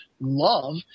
love